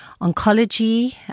oncology